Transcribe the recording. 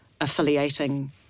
affiliating